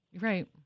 Right